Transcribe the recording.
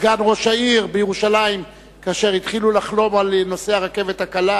סגן ראש העיר בירושלים כאשר התחילו לחלום על נושא הרכבת הקלה.